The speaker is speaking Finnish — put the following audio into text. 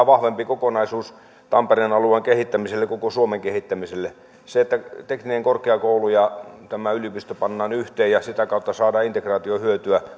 vahvempi kokonaisuus tampereen alueen kehittämiselle ja koko suomen kehittämiselle se että tekninen korkeakoulu ja yliopisto pannaan yhteen ja sitä kautta saadaan integraatiohyötyä